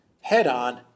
head-on